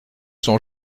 son